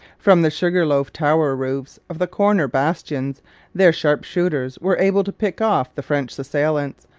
from the sugar-loaf tower roofs of the corner bastions their sharpshooters were able to pick off the french assailants,